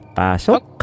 pasok